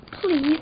Please